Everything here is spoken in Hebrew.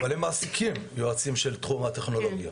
אבל הם מעסיקים יועצים של תחום הטכנולוגיה,